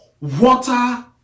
Water